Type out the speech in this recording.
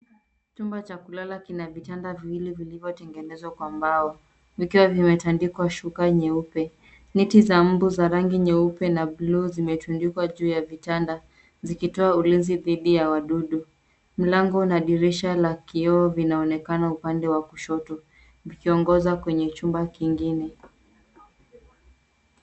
Chumba za kulala kina vitanda viwili vilivyotengenezwa kwa mbao. Vikiwa vimetandikwa shuka nyeupe. Neti za mbu za rangi nyeupe na buluu zimetundikwa juu ya vitanda zikitoa ulezi dhidi ya wadudu. Mlango na dirisha la kioo vinaonekana upande wa kushoto vikiongoza kwenye chumba kingine.